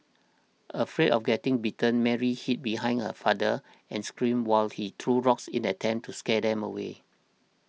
afraid of getting bitten Mary hid behind her father and screamed while he threw rocks in attempt to scare them away